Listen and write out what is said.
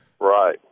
Right